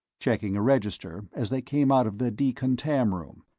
checking a register as they came out of the decontam room,